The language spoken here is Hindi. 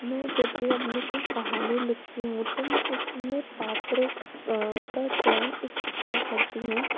मैं जब भी अपनी कोई कहानी लिखती हूँ तो मैं उसमें पात्रों का चयन इस प्रकार करती हूँ